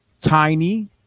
tiny